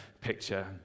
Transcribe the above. picture